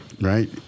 right